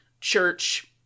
church